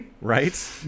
Right